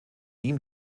ihm